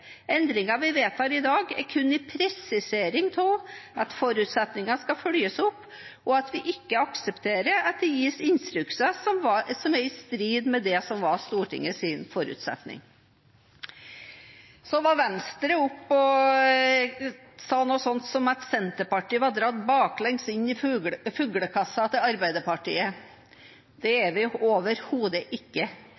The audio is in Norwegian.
vi vedtar i dag, er kun en presisering av at forutsetningene skal følges opp, og at vi ikke aksepterer at det gis instrukser som er i strid med det som var Stortingets forutsetning. Så var Venstre oppe og sa noe sånt som at Senterpartiet var dratt baklengs inn i fuglekassa til Arbeiderpartiet. Det er